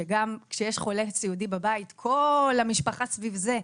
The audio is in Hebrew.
שגם כשיש חולה סיעודי בבית כל המשפחה סביב זה,